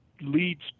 leads